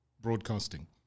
broadcasting